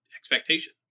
expectation